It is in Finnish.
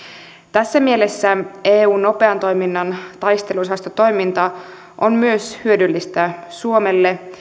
tässä mielessä eun nopean toiminnan taisteluosastotoiminta on myös hyödyllistä suomelle